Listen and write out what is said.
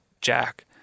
Jack